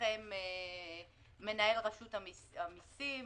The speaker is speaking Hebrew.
בפניכם מנהל רשות המיסים,